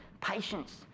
patience